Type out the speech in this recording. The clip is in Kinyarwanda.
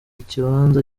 ikibanza